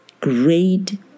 great